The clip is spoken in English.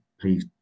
please